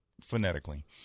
Phonetically